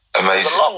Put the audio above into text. Amazing